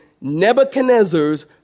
Nebuchadnezzar's